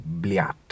Bliat